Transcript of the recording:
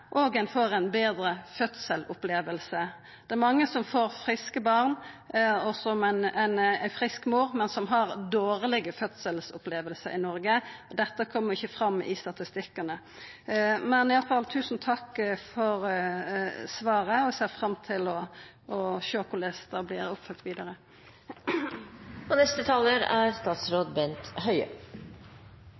og ein får ei betre fødselsoppleving. Det er mange friske mødre som får friske barn, men som har ei dårleg fødselsoppleving i Noreg. Dette kjem ikkje fram i statistikkane. Men i alle fall: Tusen takk for svaret – eg ser fram til å sjå korleis det vert følgt opp vidare. Takk for en hyggelig mottakelse av svaret. Dette er